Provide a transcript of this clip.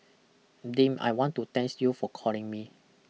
Deem I want to thanks you for calling me